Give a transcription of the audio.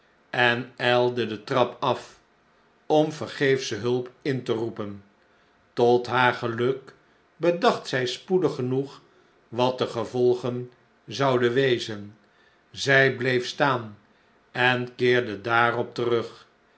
en ijlde de trap af om vergeefsche hulp in teroepen tot haar geluk bedacht zij spoedig genoeg wat de gevolgen zouden wezen zjj bleef staan en keerde daarop terug